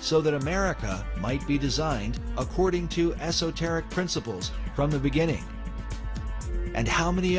so that america might be designed according to esoteric principles from the beginning and how many